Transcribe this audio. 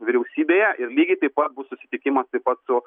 vyriausybėje ir lygiai taip pat bus susitikimas taip pat su